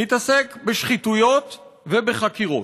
מתעסק בשחיתויות ובחקירות,